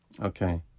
Okay